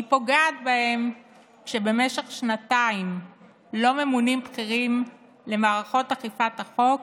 היא פוגעת בהם כשבמשך שנתיים לא ממונים בכירים למערכות אכיפת החוק